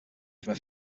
from